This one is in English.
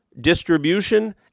distribution